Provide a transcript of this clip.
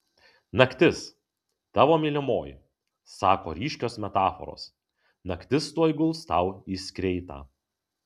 naktis tavo mylimoji sako ryškios metaforos naktis tuoj guls tau į skreitą